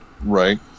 right